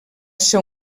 ser